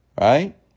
Right